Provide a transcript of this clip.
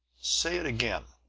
say it again!